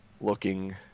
looking